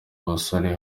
basore